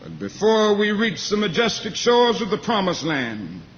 before we reach the majestic shores of the promised land,